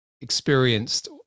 experienced